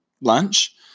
lunch